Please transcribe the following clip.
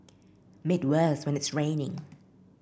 made worse when it's raining